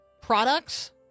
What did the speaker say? products